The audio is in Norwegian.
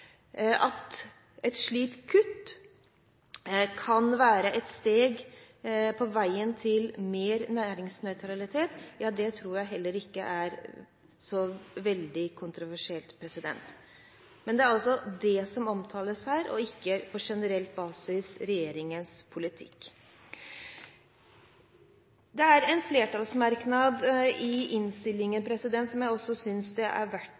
At et slikt kutt kan være et steg på veien mot mer næringsnøytralitet, er heller ikke så veldig kontroversielt. Men det er altså det som omtales her og ikke regjeringens politikk på generell basis. Det er en flertallsmerknad i innstillingen som jeg også synes det er verdt